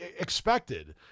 expected